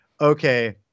Okay